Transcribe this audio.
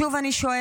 שוב אני שואלת,